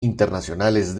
internacionales